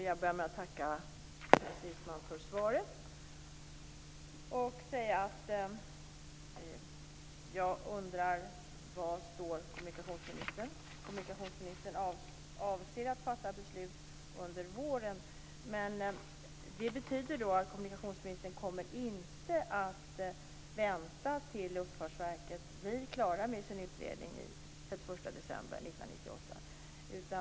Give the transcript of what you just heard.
Fru talman! Jag vill börja med att tacka Ines Uusmann för svaret. Sedan undrar jag var kommunikationsministern står. Kommunikationsministern avser att fatta beslut under våren. Det betyder alltså att kommunikationsministern inte avser att vänta tills Luftfartsverkets utredning blir klar den 31 december 1998.